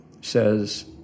says